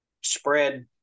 spread